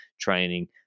training